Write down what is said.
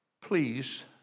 please